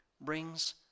brings